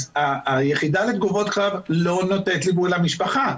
היחידה לתגובות קרב לא נותנת ליווי למשפחה,